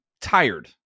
tired